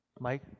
Mike